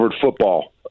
football